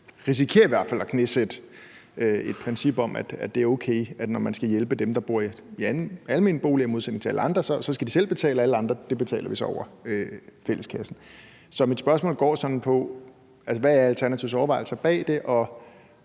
risikerer at knæsætte et princip om, at det er okay, når man skal hjælpe dem, der bor i almene boliger, at de selv skal betale, mens vi for alle andre betaler det over fælleskassen. Så mit spørgsmål går på: Hvad er Alternativets overvejelser bag det,